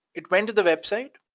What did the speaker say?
it went to the website,